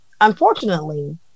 Unfortunately